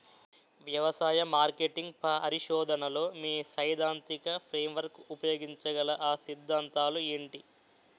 వ్యవసాయ మార్కెటింగ్ పరిశోధనలో మీ సైదాంతిక ఫ్రేమ్వర్క్ ఉపయోగించగల అ సిద్ధాంతాలు ఏంటి?